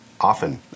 Often